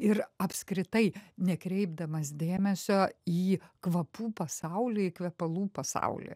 ir apskritai nekreipdamas dėmesio į kvapų pasaulį į kvepalų pasaulį